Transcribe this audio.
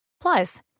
Plus